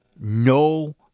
no